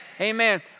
Amen